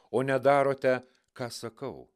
o nedarote ką sakau